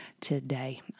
today